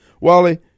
Wally